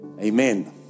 amen